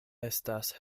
estas